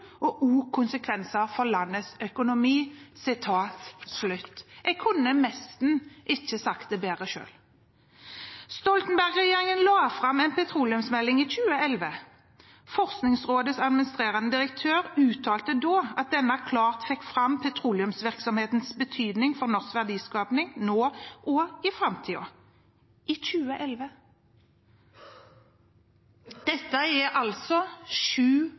og også konsekvenser for landets økonomi.» Jeg kunne nesten ikke sagt det bedre selv. Stoltenberg-regjeringen la fram en petroleumsmelding i 2011. Forskningsrådets administrerende direktør uttalte da at denne klart fikk fram petroleumsvirksomhetens betydning for norsk verdiskaping, nå og i framtiden. – I 2011. Dette er altså sju